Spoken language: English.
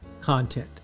content